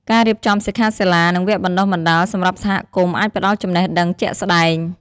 ការរៀបចំសិក្ខាសាលា និងវគ្គបណ្ដុះបណ្ដាលសម្រាប់សហគមន៍ អាចផ្តល់ចំណេះដឹងជាក់ស្តែង។